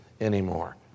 anymore